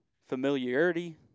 familiarity